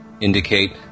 indicate